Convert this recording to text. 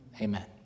Amen